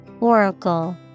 Oracle